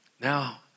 Now